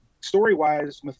story-wise